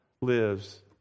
lives